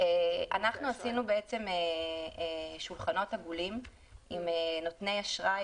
לכן עשינו שולחנות עגולים עם נותני אשראי